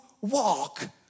walk